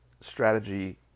strategy